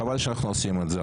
חבל שאנחנו עושים את זה.